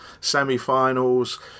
semi-finals